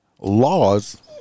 laws